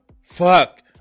fuck